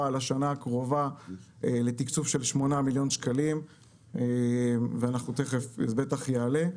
לשנה הקרובה לתקצוב של 8 מיליון שקלים וזה בטח יעלה.